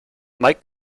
mike